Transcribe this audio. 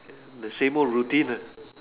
the same old routine nah